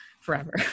forever